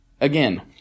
again